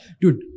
dude